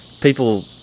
people